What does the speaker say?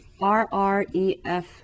RREF